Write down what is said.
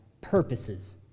purposes